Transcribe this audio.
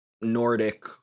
nordic